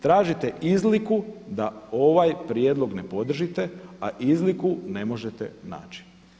Tražite izliku da ovaj prijedlog ne podržite, a izliku ne možete naći.